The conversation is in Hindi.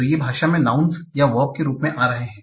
तो ये भाषा में नाउँनस या वर्ब के रूप में आ रहे हैं